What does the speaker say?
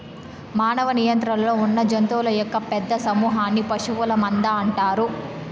మానవ నియంత్రణలో ఉన్నజంతువుల యొక్క పెద్ద సమూహన్ని పశువుల మంద అంటారు